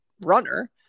runner